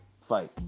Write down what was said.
fight